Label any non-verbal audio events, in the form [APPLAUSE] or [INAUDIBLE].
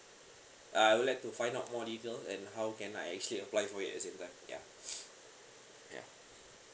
uh I would like to find out more detail and how can I actually apply for it is it like ya [NOISE] ya